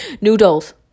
noodles